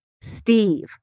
Steve